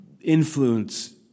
influence